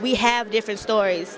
we have different stories